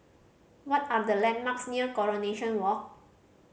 what are the landmarks near Coronation Walk